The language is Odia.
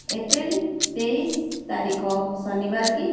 ଏପ୍ରିଲ୍ ତେଇଶ ତାରିଖ ଶନିବାର କି